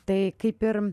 tai kaip ir